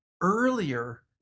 earlier